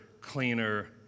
cleaner